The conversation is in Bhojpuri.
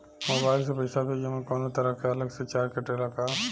मोबाइल से पैसा भेजे मे कौनों तरह के अलग से चार्ज कटेला का?